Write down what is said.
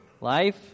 Life